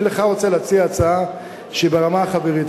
אני רוצה להציע לך הצעה שהיא ברמה החברית.